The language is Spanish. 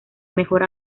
mejor